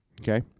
Okay